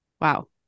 Wow